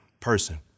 person